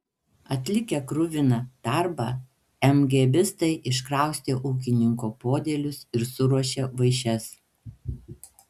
atlikę kruviną darbą emgėbistai iškraustė ūkininko podėlius ir suruošė vaišes